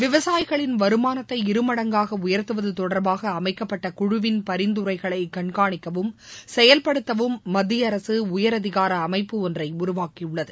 விவசாயிகளின் வருமானத்தை இருமடங்காக உயர்த்துவது தொடர்பாக அமைக்கப்பட்ட குழுவின் பரிந்துரைகளை கண்காணிக்கவும் செயல்படுத்தவும் மத்திய அரசு உயரதிகார அமைப்பு ஒன்றை உருவாக்கியுள்ளது